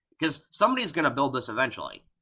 because somebody is going to build this eventually.